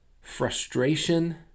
frustration